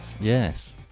Yes